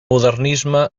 modernisme